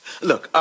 Look